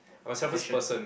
question